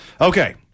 Okay